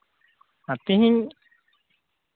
ᱟᱨ ᱛᱮᱦᱮᱧ